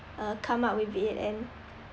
uh come up with it and